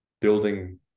building